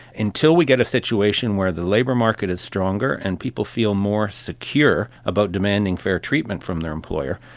until we get a situation where the labour market is stronger and people feel more secure about demanding fair treatment from their employer,